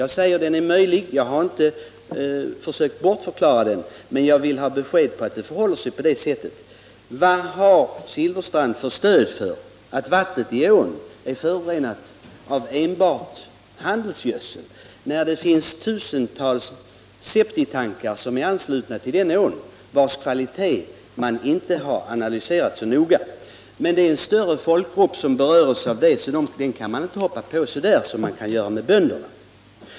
Jag säger att den är möjlig. Jag har inte försökt bortförklara den, men jag vill ha besked om hur det förhåller sig. Vad har Bengt Silfverstrand för stöd för att vattnet i ån är förorenat av enbart handelsgödsel, när det finns tusentals septiktankar som är anslutna till ån och vilkas kvalitet man inte har analyserat så noga. Men det är en större folkgrupp som berörs av det, så den kan man inte hoppa på så där som man kan göra med bönderna.